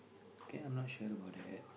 can I'm not sure about that